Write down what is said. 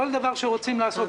כל דבר שרוצים לעשות,